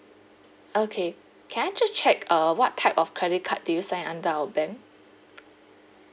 okay can I just check uh what type of credit card did you sign under our bank